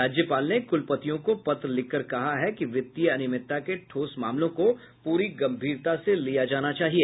राज्यपाल ने कुलपतियों को पत्र लिखकर कहा है कि वित्तीय अनियमितता के ठोस मामलों को पूरी गंभीरता से लिया जाना चाहिए